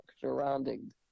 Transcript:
surrounding